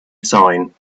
sign